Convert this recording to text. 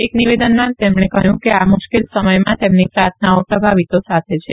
એક નિવેદનમાં તેમણે કહયું કે આ મુશ્કેલ સમયમાં તેમની પ્રાર્થનાઓ પ્રભાવિતો સાથે છે